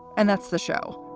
and that's the show.